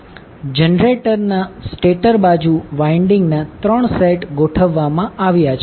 જનરેટરના stator બાજુ winding ના 3 set ગોઠવવામાં આવ્યા છે